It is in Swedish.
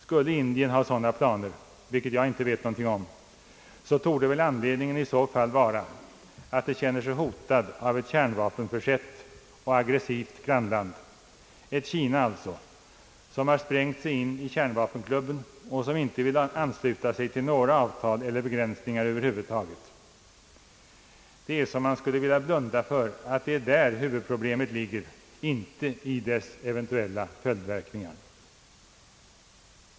Skulle Indien ha så dana planer — vilket jag inte vet någonting om — torde väl anledningen i så fall vara, att det känner sig hotat av ett kärnvapenförsett och aggressivt grannland — alltså ett Kina som har sprängt sig in i kärnvapenklubben och som inte vill ansluta sig till några avtal eller begränsningar över huvud taget. Det är som om man skulle vilja blunda för att det är där huvudproblemet ligger — inte i dess eventuella följdverkningar.